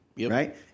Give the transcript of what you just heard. Right